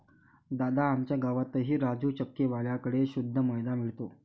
दादा, आमच्या गावातही राजू चक्की वाल्या कड़े शुद्ध मैदा मिळतो